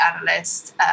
analyst